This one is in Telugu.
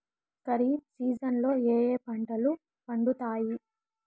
ఖరీఫ్ సీజన్లలో ఏ ఏ పంటలు పండుతాయి